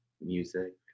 music